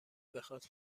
بخاد